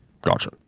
Gotcha